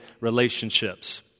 relationships